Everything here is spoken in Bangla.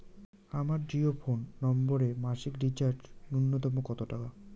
আমার জিও ফোন নম্বরে মাসিক রিচার্জ নূন্যতম কত টাকা?